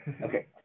Okay